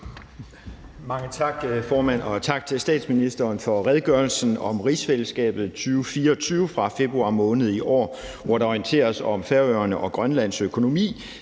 Mange tak, formand, og tak til statsministeren for redegørelsen om rigsfællesskabet 2024 fra februar måned i år, hvor der orienteres om Færøernes og Grønlands økonomi